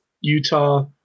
Utah